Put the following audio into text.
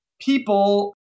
people